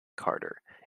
carter